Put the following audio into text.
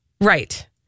Right